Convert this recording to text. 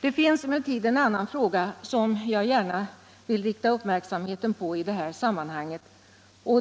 Det finns emellertid en annan fråga som jag gärna vill rikta uppmärksamheten på i det här sammanhanget.